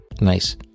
Nice